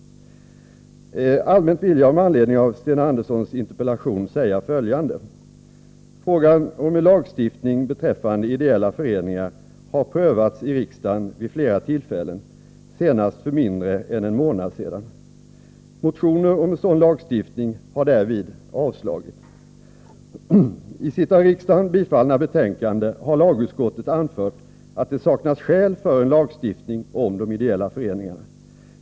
Allmänt vill jag med anledning av Sten Anderssons interpellation säga följande. Frågan om en lagstiftning beträffande ideella föreningar har prövats i riksdagen vid flera tillfällen, senast för mindre än en månad sedan. Motioner om en sådan lagstiftning har därvid avslagits. I sitt av riksdagen bifallna betänkande har lagutskottet anfört att det saknas skäl för en lagstiftning om de ideella föreningarna.